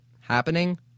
happening